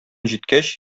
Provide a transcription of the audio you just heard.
җиткәч